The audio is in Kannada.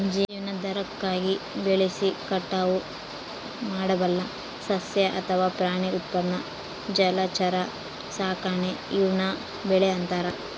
ಜೀವನಾಧಾರಕ್ಕಾಗಿ ಬೆಳೆಸಿ ಕಟಾವು ಮಾಡಬಲ್ಲ ಸಸ್ಯ ಅಥವಾ ಪ್ರಾಣಿ ಉತ್ಪನ್ನ ಜಲಚರ ಸಾಕಾಣೆ ಈವ್ನ ಬೆಳೆ ಅಂತಾರ